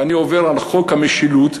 ואני עובר על חוק המשילות,